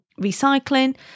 recycling